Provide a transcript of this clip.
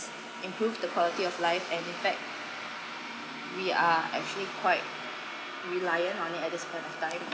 improved the quality of life and in fact we are actually quite reliant on it at this point of time